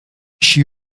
she